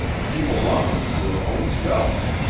she belongs to her own self.